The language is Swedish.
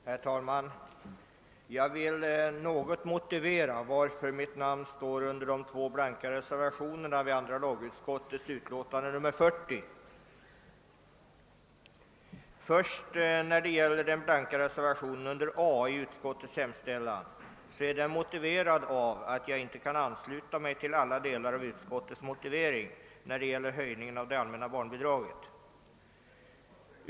Herr talman! Jag vill något motivera varför mitt namn står under de blanka reservationerna vid andra lagutskottets utlåtande nr 40. Beträffande den blanka reservationen vid A i utskottets hemställan vill jag framhålla, att anledningen till den är att jag inte till alla delar kan ansluta mig till utskottets motivering med avseende på höjningen av det allmänna barnbidraget.